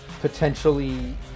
potentially